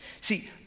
See